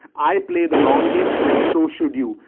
i play the long game. and so should you.